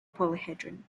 polyhedron